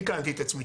תיקנתי את עצמי,